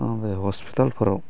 बे हस्पिटालफोराव